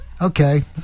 Okay